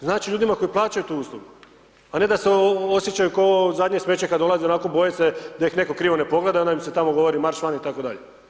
Znači ljudima koji plaćaju tu uslugu a ne da se osjećaju kao zadnje smeće, kad dolaze onako boje se da ih netko krivo ne pogleda, onda im se tamo govori marš van itd.